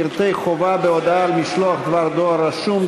פרטי חובה בהודעה על משלוח דבר דואר רשום),